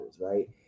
Right